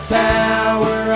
tower